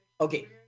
Okay